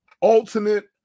Alternate